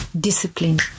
discipline